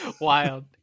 Wild